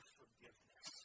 forgiveness